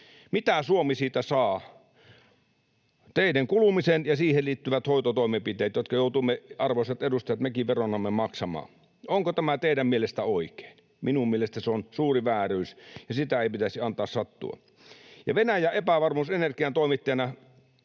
Mitä Suomi siitä saa? Teiden kulumisen ja siihen liittyvät hoitotoimenpiteet, jotka joudumme, arvoisat edustajat, mekin veronamme maksamaan. Onko tämä teidän mielestänne oikein? Minun mielestäni se on suuri vääryys, ja sitä ei pitäisi antaa sattua. Venäjän epävarmuus energiantoimittajana